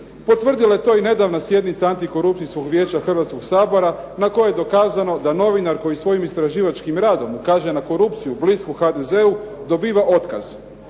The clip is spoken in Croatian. Potvrdila je to i nedavna sjednica Antikorupcijskog vijeća Hrvatskog sabora na kojoj je dokazano da novinar koji svojim istraživačkim radom ukaže na korupciju blisku HDZ-u dobiva otkaz.